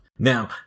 Now